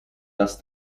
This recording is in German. dass